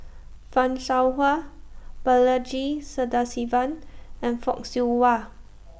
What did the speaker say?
fan Shao Hua Balaji Sadasivan and Fock Siew Wah